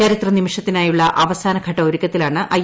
ചരിത്ര നിമിഷത്തിനായുള്ള അവസാനഘട്ട ഒരുക്കത്തിലാണ് ഐ